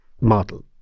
model